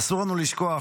אסור לנו לשכוח